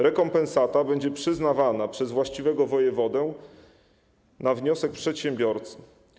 Rekompensata będzie przyznawana przez właściwego wojewodę na wniosek przedsiębiorcy.